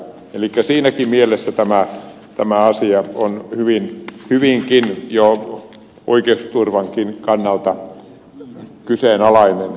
elikkä siinäkin mielessä tämä asia on hyvinkin jo oikeusturvankin kannalta kyseenalainen